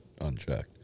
unchecked